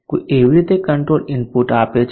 કોઈ કેવી રીતે કંટ્રોલ ઇનપુટ આપે છે